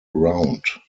round